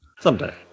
Someday